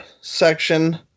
section